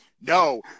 no